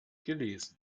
gelesen